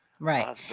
Right